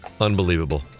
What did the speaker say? Unbelievable